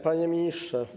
Panie Ministrze!